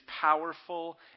powerful